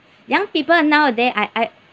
young people nowadays I I